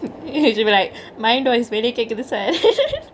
I'll just be like mind voice வெளிய கேக்குது:veliye kekuthu sir